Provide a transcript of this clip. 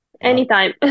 anytime